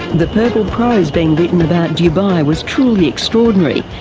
the purple prose being written about dubai was truly extraordinary.